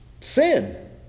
sin